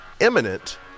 imminent